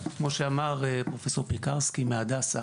כמו שאמר פרופ' פיקרסקי מהדסה